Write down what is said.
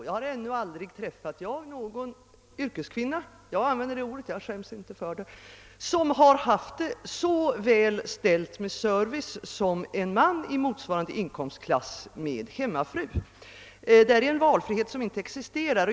Jag har ännu aldrig träffat på någon yrkeskvinna — jag skäms inte för att använda det ordet — som har det lika väl ställt med service som en man i motsvarande inkomstklass med hemmafru. Valfriheten existerar inte, säger fru Jonäng.